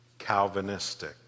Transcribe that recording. Calvinistic